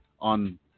on